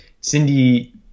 Cindy